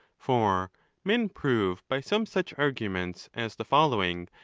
for men prove by some such arguments as the following,